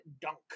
dunk